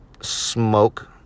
smoke